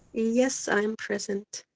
yes, i am present.